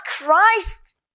Christ